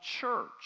church